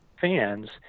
fans